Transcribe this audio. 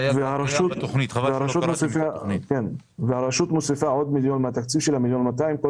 והרשות כל שנה מוסיפה עוד מיליון ו-200 אלף מהתקציב שלה כדי